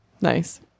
Nice